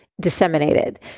disseminated